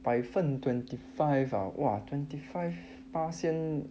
百分 twenty five !wah! twenty five percent